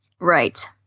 Right